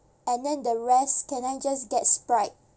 and then the rest can I just get sprite